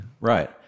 Right